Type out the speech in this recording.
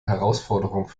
herausforderung